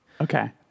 Okay